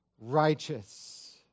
righteous